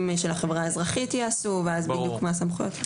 של החברה האזרחית ייעשו ואז בדיוק מה הסמכויות.